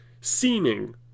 Seeming